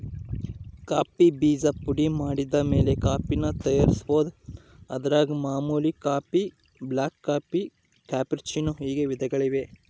coffee ಬೀಜ ಪುಡಿಮಾಡಿದಮೇಲೆ ಕಾಫಿನ ತಯಾರಿಸ್ಬೋದು, ಅದರಾಗ ಮಾಮೂಲಿ ಕಾಫಿ, ಬ್ಲಾಕ್ಕಾಫಿ, ಕ್ಯಾಪೆಚ್ಚಿನೋ ಹೀಗೆ ವಿಧಗಳಿವೆ